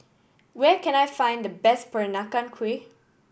where can I find the best Peranakan Kueh